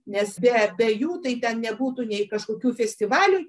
nes be be jų tai ten nebūtų nei kažkokių festivalių